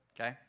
okay